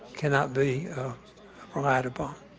cannot be relied upon.